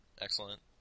Excellent